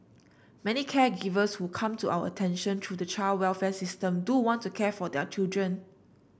many caregivers who come to our attention through the child welfare system do want to care for their children